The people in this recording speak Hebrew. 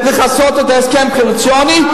לכסות את ההסכם הקואליציוני,